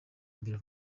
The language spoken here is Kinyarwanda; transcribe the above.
imbere